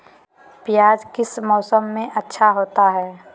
प्याज किस मौसम में अच्छा होता है?